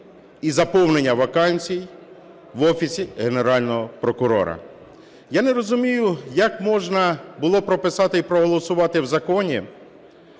Я не розумію, як можна було прописати і проголосувати в законі,